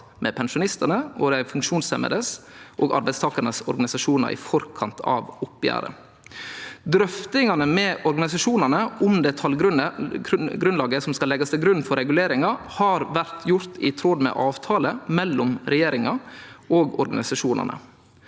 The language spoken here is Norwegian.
med pensjonistenes, de funksjonshemmedes og arbeidstakernes organisasjoner i forkant av oppgjøret. Drøftingene med organisasjonene om det tallgrunnlaget som skal legges til grunn for reguleringen, har vært gjort i tråd med avtalen mellom regjeringen og organisasjonene.